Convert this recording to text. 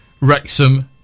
Wrexham